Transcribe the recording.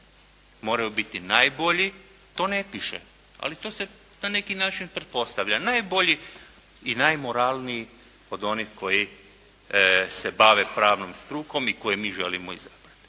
Moraju biti najbolji, to ne piše, ali to se na neki način pretpostavlja. Najbolji i najmoralniji od onih koji se bave pravnom strukom i koje mi želimo izabrati.